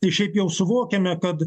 tai šiap jau suvokiame kad